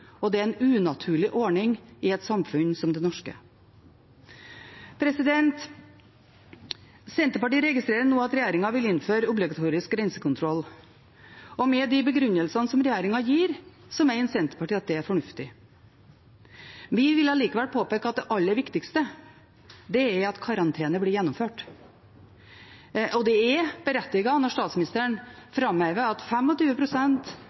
og det er en unaturlig ordning i et samfunn som det norske. Senterpartiet registrerer nå at regjeringen vil innføre obligatorisk grensekontroll, og med de begrunnelsene som regjeringen gir, mener Senterpartiet at det er fornuftig. Vi vil allikevel påpeke at det aller viktigste er at karantene blir gjennomført, og det er berettiget når statsministeren framhever at